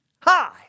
Hi